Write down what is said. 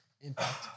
Impact